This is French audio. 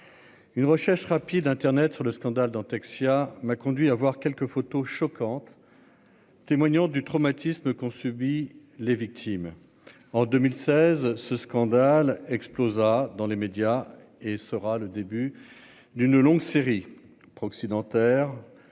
Une recherche rapide Internet sur le scandale Dentexia m'a conduit à avoir quelques photos choquantes. Témoignant du traumatisme qu'ont subis les victimes. En 2016, ce scandale explosa dans les médias et sera le début d'une longue série proxy dentaires